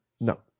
No